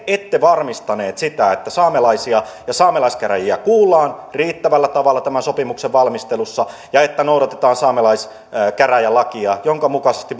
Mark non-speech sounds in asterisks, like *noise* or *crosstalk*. ette varmistaneet sitä että saamelaisia ja saamelaiskäräjiä kuullaan riittävällä tavalla tämän sopimuksen valmistelussa ja että noudatetaan saamelaiskäräjälakia jonka mukaisesti *unintelligible*